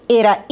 era